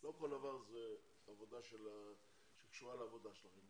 לא כל דבר קשור לעבודה שלכם.